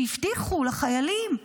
שהבטיחו לחיילים,